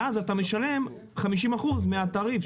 ואז אתה משלם 50% מהתעריף.